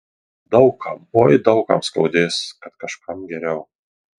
daug kam oi daug kam skaudės kad kažkam geriau